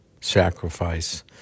sacrifice